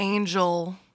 Angel